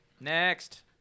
next